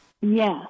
Yes